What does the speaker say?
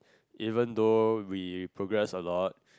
even though we progress a lot